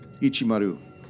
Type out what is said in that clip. Ichimaru